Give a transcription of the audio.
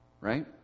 right